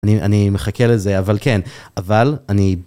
אני, אני מחכה לזה, אבל כן, אבל אני...